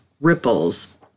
ripples